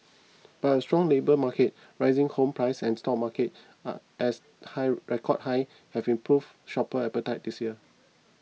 but a strong labour market rising home prices and stock markets as high record high have improved shopper appetite this year